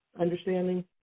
understanding